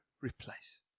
replace